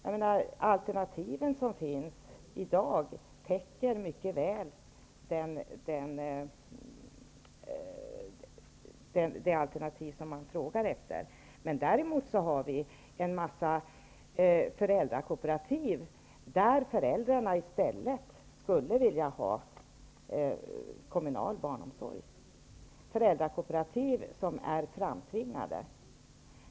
De alternativ som finns i dag täcker mycket väl efterfrågan. Däremot finns det en mängd föräldrakooperativ där föräldrarna i stället skulle vilja ha kommunal barnomsorg. Det gäller föräldrakooperativ som är framtvingade.